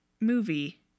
movie